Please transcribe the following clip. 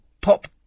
Pop